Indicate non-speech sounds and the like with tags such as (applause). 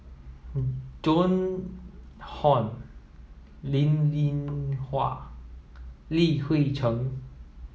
(unintelligible) Joan Hon Linn In Hua Li Hui Cheng